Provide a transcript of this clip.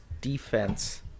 defense